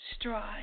strive